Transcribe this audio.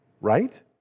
right